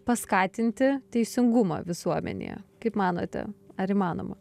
paskatinti teisingumą visuomenėje kaip manote ar įmanoma